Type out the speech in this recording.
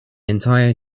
entire